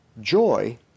Joy